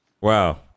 Wow